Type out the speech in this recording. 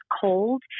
cold